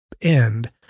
end